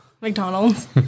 McDonald's